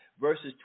verses